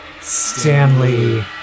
Stanley